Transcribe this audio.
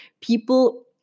people